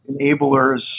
enablers